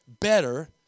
better